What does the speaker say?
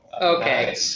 Okay